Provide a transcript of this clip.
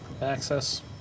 Access